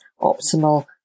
optimal